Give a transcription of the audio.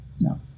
No